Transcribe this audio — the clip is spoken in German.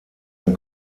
ein